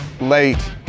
late